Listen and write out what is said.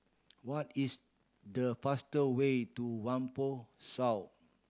what is the fast way to Whampoa South